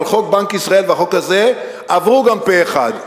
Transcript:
אבל חוק בנק ישראל והחוק הזה עברו גם פה-אחד,